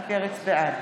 בעד